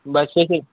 bus అయితే